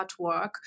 artwork